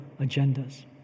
agendas